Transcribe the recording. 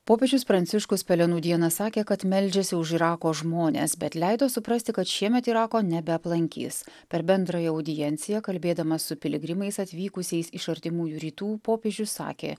popiežius pranciškus pelenų dieną sakė kad meldžiasi už irako žmones bet leido suprasti kad šiemet irako nebeaplankys per bendrąją audienciją kalbėdamas su piligrimais atvykusiais iš artimųjų rytų popiežius sakė